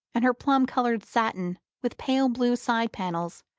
and her plum-coloured satin with pale blue side-panels,